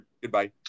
Goodbye